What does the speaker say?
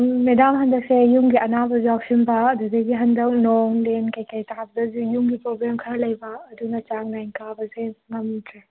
madam ꯍꯟꯗꯛꯁꯦ ꯌꯨꯝꯒꯤ ꯑꯅꯥꯕꯁꯨ ꯌꯥꯎꯁꯤꯟꯕ ꯑꯗꯨꯗꯒꯤ ꯍꯟꯗꯛ ꯅꯣꯡ ꯂꯦꯟ ꯀꯩꯀꯩ ꯇꯥꯕꯁꯦ ꯌꯨꯝꯒꯤ ꯄ꯭ꯔꯣꯕ꯭ꯂꯦꯝ ꯈꯔ ꯂꯩꯕ ꯑꯗꯨꯅ ꯆꯥꯡꯅꯥꯏꯅ ꯀꯥꯕꯁꯦ ꯉꯝꯗ꯭ꯔꯦ